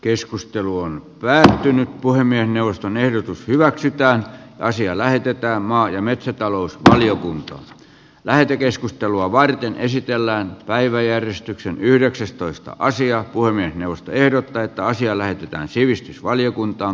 keskustelu on vääristynyt puhemiesneuvoston ehdotus hyväksytään asia lähetetään maa ja metsätalousvaliokunta lähetekeskustelua varten esitellään päiväjärjestyksen yhdeksästoista asiaa hurmeen puhemiesneuvosto ehdottaa että asia lähetetään sivistysvaliokuntaan